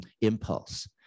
impulse